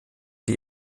die